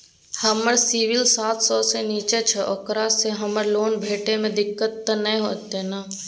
हमर सिबिल सात सौ से निचा छै ओकरा से हमरा लोन भेटय में दिक्कत त नय अयतै ने?